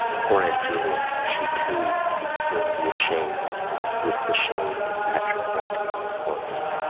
poor aunt julia! she, too, would soon be a shade with the shade of patrick morkan and his horse.